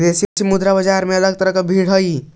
विदेशी मुद्रा बाजार में भी अलग तरह की भीड़ हई